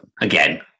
Again